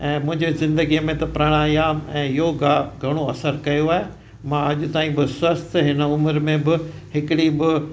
ऐं मुंहिंजे ज़िन्दगीअ में त प्राणायाम ऐं योगा घणो असरु कयो आहे मां अॼु ताईं बि स्वस्थ हिन उमिरि में बि हिकिड़ी बि